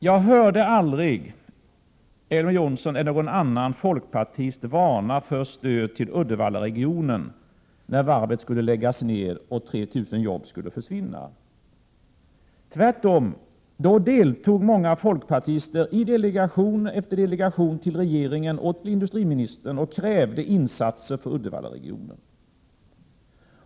Jag hörde aldrig Elver Jonsson eller någon annan folkpartist varna för stöd till Uddevallaregionen när varvet skulle läggas ned och 3 000 jobb försvinna. Tvärtom deltog många folkpartister då i delegation efter delegation som uppvaktade regeringen och industriministern och krävde insatser för Uddevallaregionen.